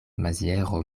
maziero